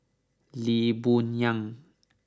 Lee Boon Yang